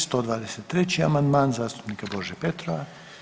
123. amandman zastupnika Bože Petrova.